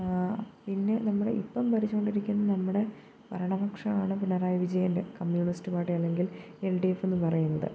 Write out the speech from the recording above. പിന്നെ നമ്മുടെ ഇപ്പം ഭരിച്ചു കൊണ്ടിരിക്കുന്ന നമ്മുടെ ഭരണപക്ഷമാണ് പിണറായി വിജയൻ്റെ കമ്മ്യൂണിസ്റ്റ് പാർട്ടി അല്ലെങ്കിൽ എൽ ഡി എഫെന്നു പറയുന്നത്